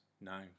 No